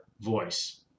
voice